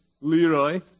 Leroy